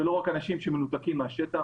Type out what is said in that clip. ולא רק אנשים שמנותקים מהשטח.